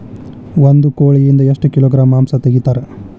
ಒಂದು ಕೋಳಿಯಿಂದ ಎಷ್ಟು ಕಿಲೋಗ್ರಾಂ ಮಾಂಸ ತೆಗಿತಾರ?